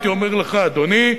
הייתי אומר לך: אדוני,